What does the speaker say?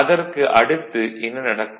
அதற்கு அடுத்து என்ன நடக்கும்